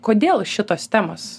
kodėl šitos temos